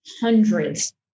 hundreds